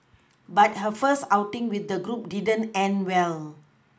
but her first outing with the group didn't end well